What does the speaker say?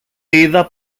είδα